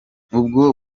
ubwo